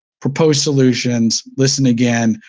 propose solutions, listen again,